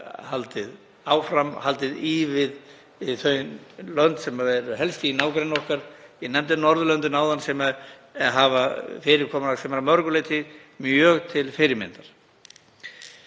haldið áfram, haldið í við þau lönd sem eru helst í nágrenni okkar. Ég nefndi Norðurlöndin áðan sem hafa fyrirkomulag sem er að mörgu leyti mjög til fyrirmyndar.